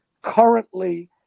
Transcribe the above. currently